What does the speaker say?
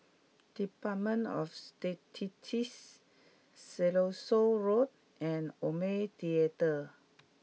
Department of Statistics Siloso Road and Omni Theatre